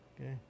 okay